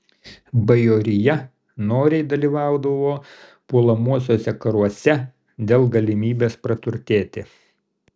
bajorija noriai dalyvaudavo puolamuosiuose karuose dėl galimybės praturtėti